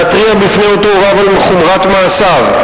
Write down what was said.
להתריע בפני אותו רב על חומרת מעשיו.